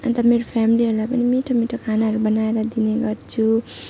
अन्त मेरो फ्यामिलीहरूलाई पनि मिठो मिठो खानाहरू बनाएर दिने गर्छु